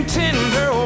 tender